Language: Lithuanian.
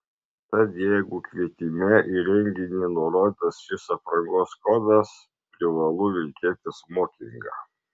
tad jeigu kvietime į renginį nurodytas šis aprangos kodas privalu vilkėti smokingą